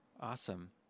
Awesome